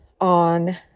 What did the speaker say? on